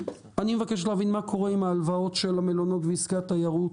אני מבקש להבין מה קורה עם ההלוואות של המלונות ועסקי התיירות.